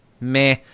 meh